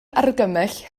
argymell